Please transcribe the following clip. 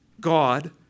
God